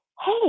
hey